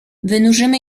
wynurzymy